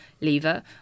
lever